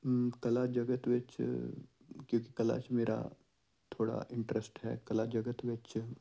ਕਲਾ ਜਗਤ ਵਿੱਚ ਕਿਉਂਕਿ ਕਲਾ 'ਚ ਮੇਰਾ ਥੋੜ੍ਹਾ ਇੰਟਰਸਟ ਹੈ ਕਲਾ ਜਗਤ ਵਿੱਚ